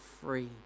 free